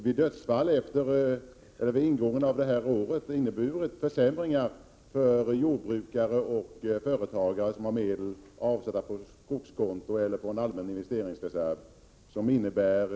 Vid ingången av det här året inträdde en klar försämring för jordbrukare och företagare som har medel avsatta på skogskonto eller som en allmän investeringsreserv.